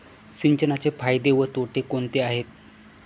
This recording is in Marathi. सिंचनाचे फायदे व तोटे कोणते आहेत?